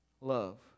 love